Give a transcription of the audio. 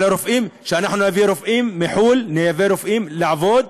שאנחנו נייבא מחו"ל רופאים לעבוד,